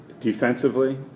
Defensively